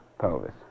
pelvis